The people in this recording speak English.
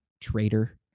traitor